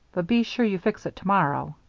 but be sure you fix it to-morrow.